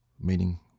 meaning